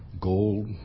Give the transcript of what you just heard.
gold